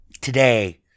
today